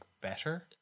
better